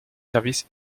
services